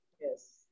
yes